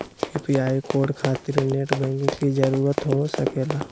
UPI code खातिर net banking की जरूरत हो सके ला?